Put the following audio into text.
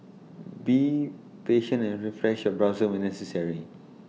be patient and refresh your browser when necessary